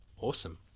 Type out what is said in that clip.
awesome